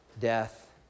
Death